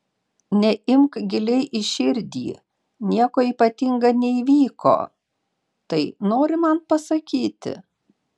neimk giliai į širdį nieko ypatinga neįvyko tai nori man pasakyti